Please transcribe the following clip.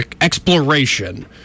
exploration